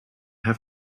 have